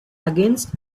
against